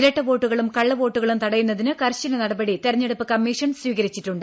ഇരട്ട വോട്ടുകളും കള്ളവോട്ടുകളും തടയുന്നതിന് കർശന നടപടി തെരഞ്ഞെടുപ്പ് കമ്മീഷൻ സ്വീകരിച്ചിട്ടുണ്ട്